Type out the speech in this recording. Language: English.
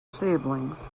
siblings